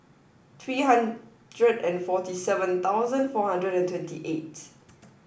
three hundred and forty seven thousand four hundred and twenty eight